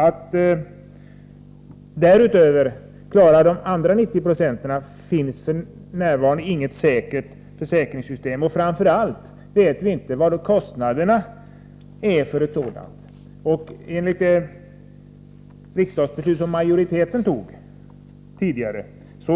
När det gäller att klara de 90 96 finns f. n. inget säkert försäkringssystem. Framför allt vet vi inte vad kostnaderna blir för ett sådant. Enligt det fattade riksdagsbeslutet